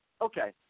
Okay